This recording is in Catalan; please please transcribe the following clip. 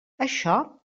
això